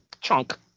chunk